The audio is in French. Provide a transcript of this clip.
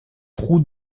route